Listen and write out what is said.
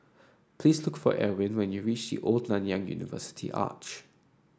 please look for Erwin when you reach Old Nanyang University Arch